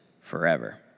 forever